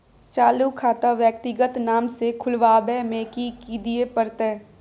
चालू खाता व्यक्तिगत नाम से खुलवाबै में कि की दिये परतै?